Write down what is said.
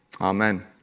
Amen